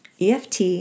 EFT